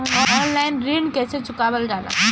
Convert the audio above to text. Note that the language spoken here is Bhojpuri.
ऑनलाइन ऋण कईसे चुकावल जाला?